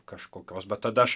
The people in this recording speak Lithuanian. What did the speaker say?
kažkokios bet tada aš